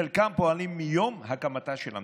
חלקם פועלים מיום הקמתה של המדינה.